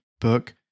book